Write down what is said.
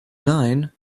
nine